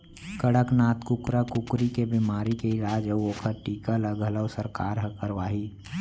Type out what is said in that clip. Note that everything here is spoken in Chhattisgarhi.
कड़कनाथ कुकरा कुकरी के बेमारी के इलाज अउ ओकर टीका ल घलौ सरकार हर करवाही